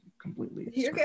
completely